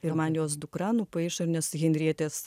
ir man jos dukra nupaišo nes henrietės